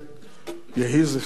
יהי זכרם ברוך.